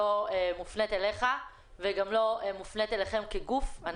מופנית אליך וגם לא מופנית אליכם כגוף.